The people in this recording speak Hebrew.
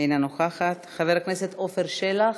אינה נוכחת, חבר הכנסת עפר שלח,